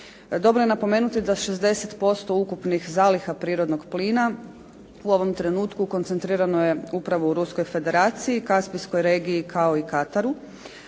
Dobro je napomenuti da 60% ukupnih zaliha prirodnog plina u ovom trenutku koncentrirano je upravo u Ruskoj federaciji, Kaspijskoj regiji kao i Kataru,